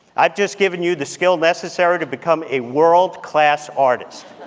i've just given you the skills necessary to become a world-class artist.